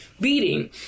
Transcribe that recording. beating